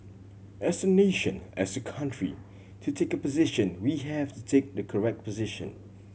as a nation as a country to take a position we have to take the correct position